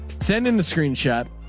send in the screenshot.